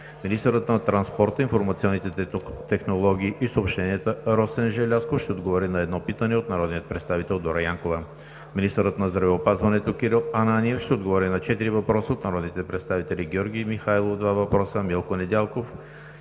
Министърът на транспорта, информационните технологии и съобщенията Росен Желязков ще отговори на едно питане от народния представител Дора Янкова. 7. Министърът на здравеопазването Кирил Ананиев ще отговори на четири въпроса от народните представители Георги Михайлов – два въпроса; Милко Недялков;